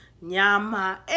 nyama